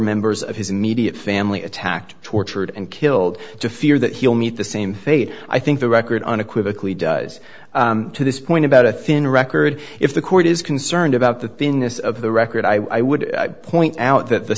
members of his immediate family attacked tortured and killed to fear that he'll meet the same fate i think the record on equivocally does to this point about a thin record if the court is concerned about the thinness of the record i would point out that the